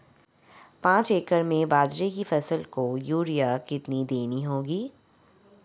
पांच एकड़ में बाजरे की फसल को यूरिया कितनी देनी होगी?